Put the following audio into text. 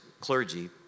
clergy